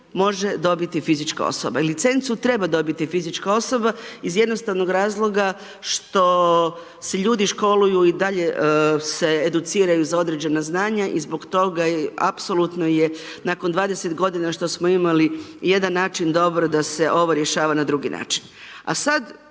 može dobiti fizička osoba. Licencu treba dobiti fizička osoba iz jednostavnog razloga što se ljudi školuju i dalje se educiraju za određena znanja i zbog apsolutno je nakon 20 godina što smo imali jedan način, dobro da se ovo rješava na drugi način.